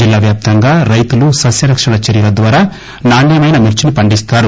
జిల్లా వ్యాప్తంగా రైతులు సస్య రక్షణ చర్యల ద్వారా నాణ్యమైన మిర్చి ని పండిస్తారు